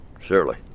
Surely